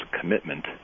commitment